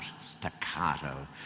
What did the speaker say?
staccato